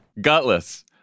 Gutless